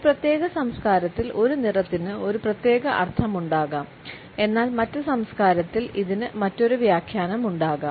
ഒരു പ്രത്യേക സംസ്കാരത്തിൽ ഒരു നിറത്തിന് ഒരു പ്രത്യേക അർത്ഥമുണ്ടാകാം എന്നാൽ മറ്റ് സംസ്കാരത്തിൽ ഇതിന് മറ്റൊരു വ്യാഖ്യാനമുണ്ടാകാം